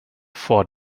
vor